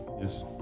Yes